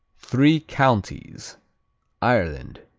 three counties ireland